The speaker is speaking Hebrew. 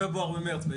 בפברואר-מרס.